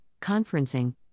conferencing